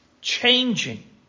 Changing